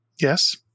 Yes